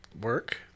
work